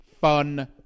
fun